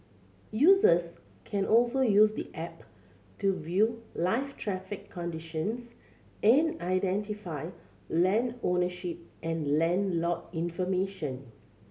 users can also use the app to view live traffic conditions and identify land ownership and land lot information